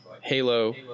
Halo